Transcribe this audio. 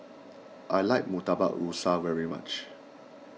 I like Murtabak Rusa very much